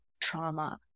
trauma